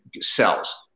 cells